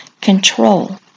control